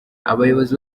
abayobozi